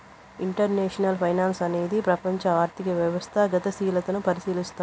international finance అనేది ప్రపంచం ఆర్థిక వ్యవస్థ గతిశీలతని పరిశీలస్తది